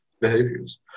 behaviors